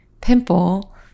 pimple